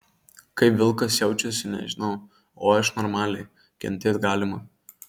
kaip vilkas jaučiasi nežinau o aš normaliai kentėt galima